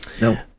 No